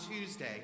Tuesday